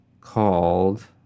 called